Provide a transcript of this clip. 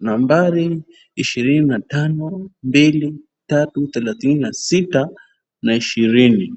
nambari ishirini na tano, mbili, tatu, thelathini na sita na ishirini.